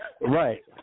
right